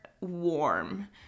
warm